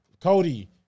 Cody